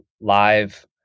live